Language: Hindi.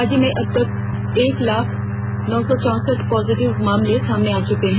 राज्य में अबतक एक लाख नौ सौ चौसठ पॉजिटिव मामले सामने आ चुके हैं